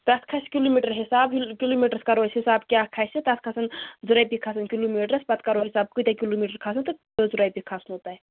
تَتھ کھَسہِ کِلوٗمیٖٹر حِساب کِلوٗمیٖٹرَس کَرو أسۍ حِساب کیاہ کھسہِ تَتھ کھَسن زٕ رۄپیہِ کھسن کِلوٗمیٖٹرس پَتہٕ کَرو أسۍ حِساب کۭتیاہ کِلوٗمیٖٹر کھَسن تہٕ کٕٔژ رۄپیہِ کھسنو تۄہہِ